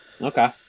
okay